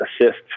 assist